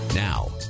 Now